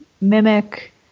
mimic